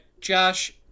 Josh